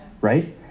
Right